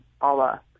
Allah